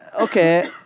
Okay